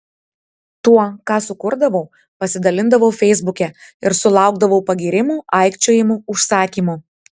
tuo ką sukurdavau pasidalindavau feisbuke ir sulaukdavau pagyrimų aikčiojimų užsakymų